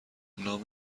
نام